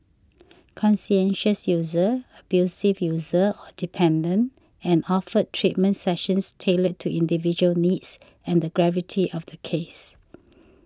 conscientious user abusive user or dependent and offered treatment sessions tailored to individual needs and the gravity of the case